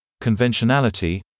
conventionality